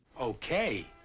Okay